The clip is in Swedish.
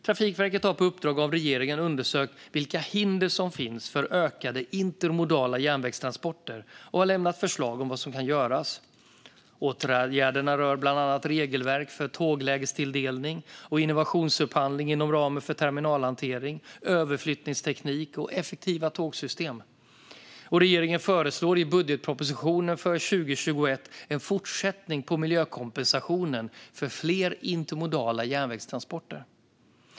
Trafikverket har på uppdrag av regeringen undersökt vilka hinder som finns för ökade intermodala järnvägstransporter och lämnat förslag på vad som kan göras. Åtgärderna rör bland annat regelverk för tåglägestilldelning och innovationsupphandling inom ramen för terminalhantering, överflyttningsteknik och effektiva tågsystem. Regeringen föreslår i budgetpropositionen för 2021 en fortsättning på miljökompensationen för fler intermodala järnvägstransporter.